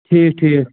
ٹھیٖک ٹھیٖک